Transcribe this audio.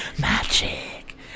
magic